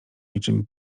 niczym